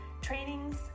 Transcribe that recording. trainings